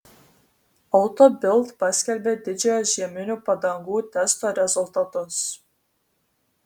auto bild paskelbė didžiojo žieminių padangų testo rezultatus